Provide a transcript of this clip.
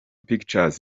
pictures